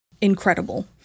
incredible